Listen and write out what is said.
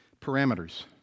Parameters